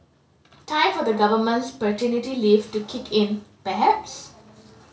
time for the government's paternity leave to kick in perhaps